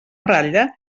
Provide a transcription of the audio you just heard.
ratlla